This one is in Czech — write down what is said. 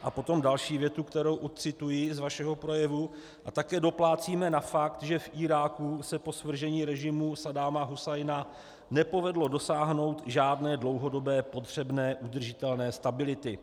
A potom další větu, kterou odcituji z vašeho projevu: A také doplácíme na fakt, že v Iráku se po svržení režimu Saddáma Husajna nepovedlo dosáhnout žádné dlouhodobé potřebné udržitelné stability.